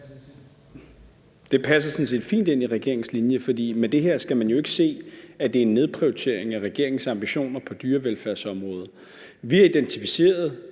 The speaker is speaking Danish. sådan set fint ind i regeringens linje, for det her skal man jo ikke se som en nedprioritering af regeringens ambitioner på dyrevelfærdsområdet. Vi har identificeret